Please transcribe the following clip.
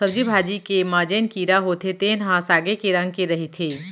सब्जी भाजी के म जेन कीरा होथे तेन ह सागे के रंग के रहिथे